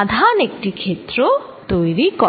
আধান তার একটি ক্ষেত্র তৈরি করে